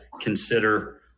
consider